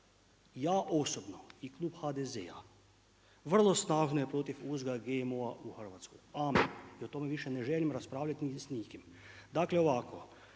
ja osobno i klub HDZ-a vrlo snažno je protiv uzgoja GMO-a u Hrvatskoj. Amen. I o tome više ne želim raspravljati s nikim. Dakle ovako.